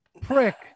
prick